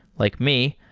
like me,